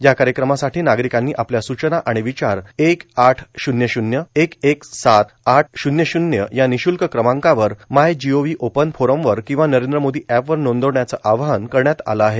या कायक्रमासाठी नार्गारकांनी आपल्या सूचना र्आण र्वचार एक आठ शून्य शून्य एक एक सात आठ शून्य शून्य या र् निःशूल्क क्रमांकावर मायजीओव्हा ओपन फोरमवर किंवा नरद्र मोर्दो अॅप वर नांदवण्याचं आवाहन करण्यात आलं आहे